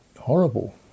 horrible